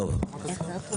אוקיי.